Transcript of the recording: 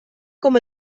com